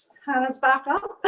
hannah's back out